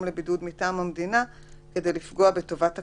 לבידוד מטעם המדינה כדי לפגוע בטובת הקטין,